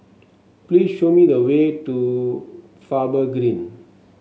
please show me the way to Faber Green